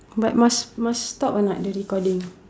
but must must stop or not the recording